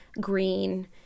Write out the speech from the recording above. green